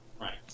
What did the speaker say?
Right